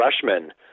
freshman